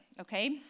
okay